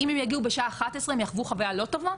אם הן יגיעו בשעה 11:00 הן יחוו חוויה לא טובה,